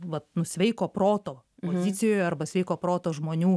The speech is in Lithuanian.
vat nu sveiko proto pozicijoj arba sveiko proto žmonių